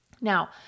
Now